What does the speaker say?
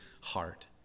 heart